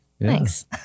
thanks